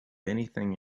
anything